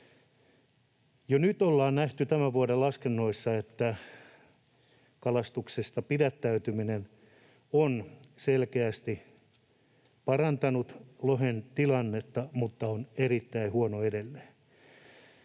Jo nyt ollaan nähty tämän vuoden laskennoissa, että kalastuksesta pidättäytyminen on selkeästi parantanut lohen tilannetta, mutta se on erittäin huono edelleen.